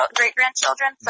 great-grandchildren